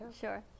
Sure